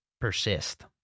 persist